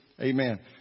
Amen